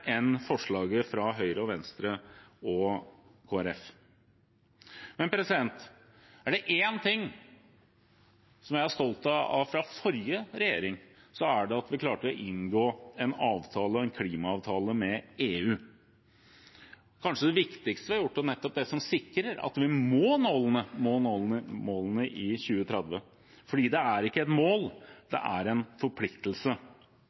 enn forslaget fra Høyre, Venstre og Kristelig Folkeparti. Er det én ting som jeg er stolt av fra forrige regjering, er det at vi klarte å inngå en klimaavtale med EU. Det kanskje viktigste vi har gjort, og det som sikrer at vi må nå målene i 2030, er at det ikke er et mål,